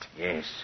Yes